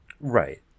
right